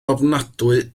ofnadwy